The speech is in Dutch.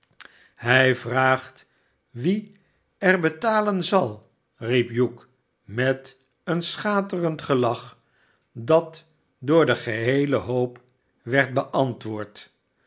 hij vraagt wie er betalen zal nep hugh met een schaterend gelach dat door den geneelen hoop werd beantwoord